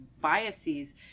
biases